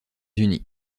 unis